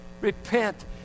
Repent